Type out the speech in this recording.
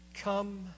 come